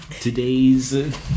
today's